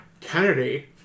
kennedy